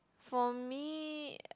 for me